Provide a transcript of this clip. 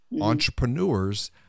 entrepreneurs